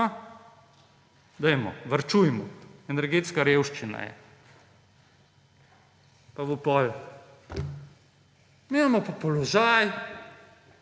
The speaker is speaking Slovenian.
varčujemo, energetska revščina je. Mi imamo pa položaj,